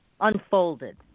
unfolded